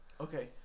Okay